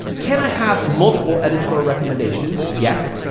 can i have multiple editorial recommendations? yes,